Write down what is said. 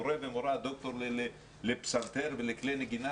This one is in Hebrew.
מורה ומורה לפסנתר ולכלי נגינה